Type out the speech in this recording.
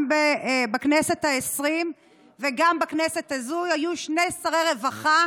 גם בכנסת העשרים וגם בכנסת הזו שני שרי רווחה